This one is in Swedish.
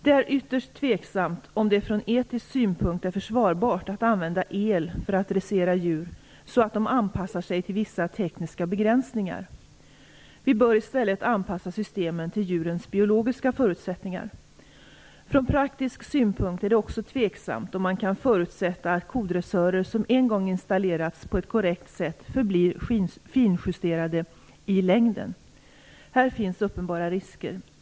Det är ytterst tveksam om det från etisk synpunkt är försvarbart att använda el för att dressera djur så att de anpassar sig till vissa tekniska begränsningar. Vi bör i stället anpassa systemen till djurens biologiska förutsättningar. Från praktisk synpunkt är det också tveksamt om man kan förutsätta att kodressörer som en gång installerats på ett korrekt sätt förblir finjusterade i längden. Här finns uppenbara risker.